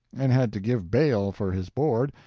and had to give bail for his board,